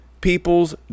People's